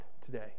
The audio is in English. today